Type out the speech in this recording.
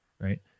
Right